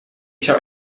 zou